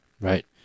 right